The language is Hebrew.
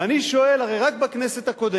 ואני שואל, הרי רק בכנסת הקודמת